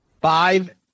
Five